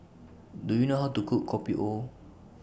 Do YOU know How to Cook Kopi O